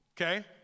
okay